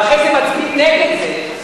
ואחרי זה מצביעים נגד זה,